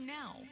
now